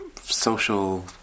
social